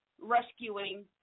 rescuing